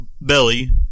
belly